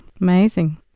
Amazing